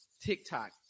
TikTok